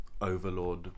Overlord